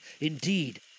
Indeed